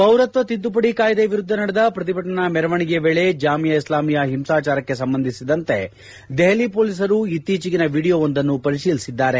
ಪೌರತ್ವ ತಿದ್ಲುಪಡಿ ಕಾಯ್ಲೆ ವಿರುದ್ದ ನಡೆದ ಪ್ರತಿಭಟನಾ ಮೆರವಣಿಗೆಯ ವೇಳೆ ಜಾಮಿಯಾ ಇಸ್ಲಾಮಿಯಾ ಹಿಂಸಾಚಾರಕ್ಕೆ ಸಂಬಂಧಿಸಿದಂತೆ ದೆಹಲಿ ಪೊಲೀಸರು ಇತ್ತೀಚಿಗಿನ ವಿಡಿಯೋವೊಂದನ್ನು ಪರಿತೀಲಿಸಿದ್ದಾರೆ